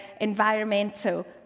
environmental